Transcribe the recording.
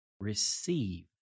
receive